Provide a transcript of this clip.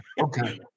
Okay